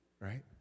right